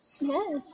Yes